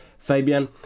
Fabian